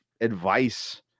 advice